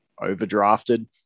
overdrafted